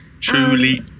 Truly